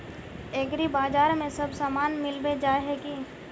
एग्रीबाजार में सब सामान मिलबे जाय है की?